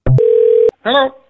Hello